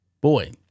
Boy